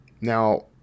Now